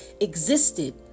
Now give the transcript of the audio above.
existed